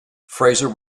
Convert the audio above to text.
fraser